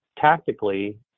tactically